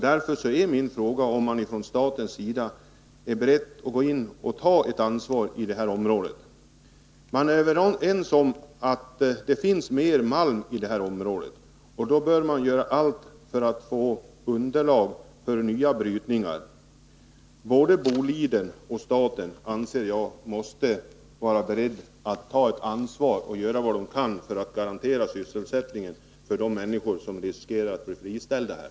Därför är min fråga, om man från statens sida är beredd att ta ett ansvar i detta område. Man är överens om att det finns mer malm i området, och då bör man göra allt för att få underlag för nya brytningar. Både Boliden och staten måste, anser jag, vara beredda att ta ett ansvar och göra vad de kan för att garantera sysselsättningen för de människor som riskerar att bli friställda här.